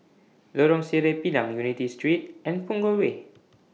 Lorong Sireh Pinang Unity Street and Punggol Way